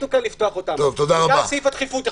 שהחליטו לפתוח אותם בגלל סעיף הדחיפות,